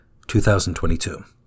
2022